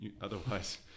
Otherwise